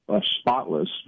spotless